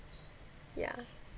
ya